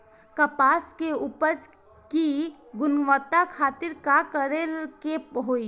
कपास के उपज की गुणवत्ता खातिर का करेके होई?